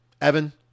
Evan